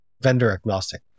vendor-agnostic